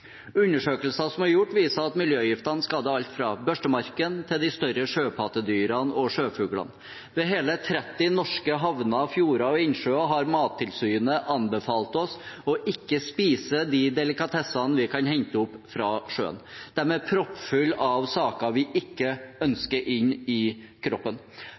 Undersøkelser som er gjort, viser at miljøgiftene skader alt fra børstemarken til de større sjøpattedyrene og sjøfuglene. Ved hele 30 norske havner, fjorder og innsjøer har Mattilsynet anbefalt oss ikke å spise de delikatessene vi kan hente opp fra sjøen. De er proppfulle av saker vi ikke ønsker inn i kroppen.